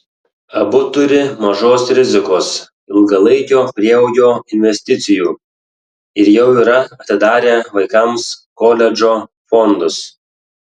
abu turi mažos rizikos ilgalaikio prieaugio investicijų ir jau yra atidarę vaikams koledžo fondus